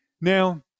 Now